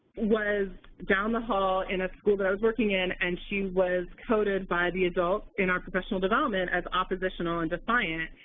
was down the hall in a school that i was working in, and she was coded by the adults in our professional development as oppositional and defiant,